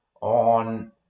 on